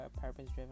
purpose-driven